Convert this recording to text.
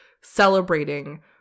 celebrating